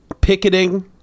picketing